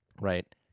right